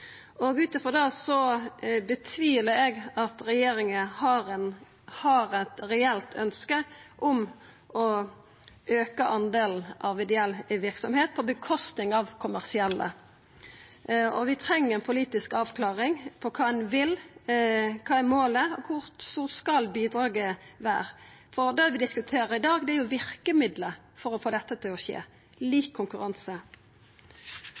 Ut frå det tviler eg på at regjeringa har eit reelt ønske om å auka omfanget av ideell verksemd på kostnad av kommersielle. Vi treng ei politisk avklaring på kva ein vil, kva målet er, og kor stort bidraget skal vera. Det vi diskuterer i dag, er jo verkemiddelet for å få dette til å skje